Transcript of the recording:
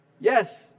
Yes